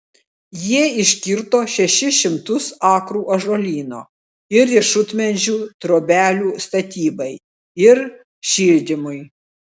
jie iškirto šešis šimtus akrų ąžuolyno ir riešutmedžių trobelių statybai ir šildymui